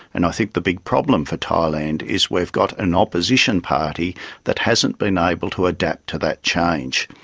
and i think the big problem for thailand is we've got an opposition party that hasn't been able to adapt to that change.